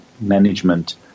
management